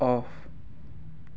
of